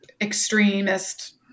extremist